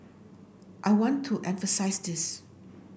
I want to emphasise this